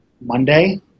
Monday